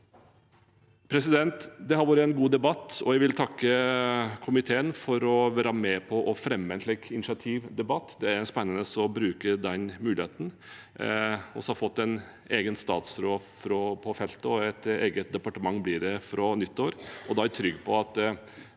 hvert. Det har vært en god debatt, og jeg vil takke komiteen for at de er med og fremmer en slik initiativdebatt. Det er spennende å bruke den muligheten. Vi har fått en egen statsråd på feltet, og et eget departement blir det fra nyttår. Da er jeg trygg på at